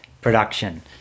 production